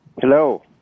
Hello